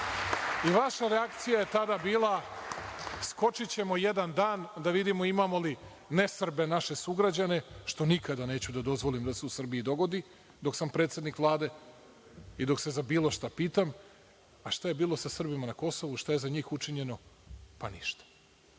Vaša reakcija je tada bila, skočićemo jedan dan da vidimo imamo li nesrbe naše sugrađane, što nikada neću da dozvolim da se u Srbiji dogodi, dok sam predsednik Vlade i dok se za bilo šta pitam. A šta je bilo sa Srbima na Kosovu? Šta je za njih učinjeno? Pa, ništa.